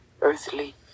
earthly